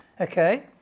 okay